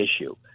issue